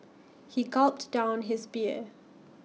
he gulped down his beer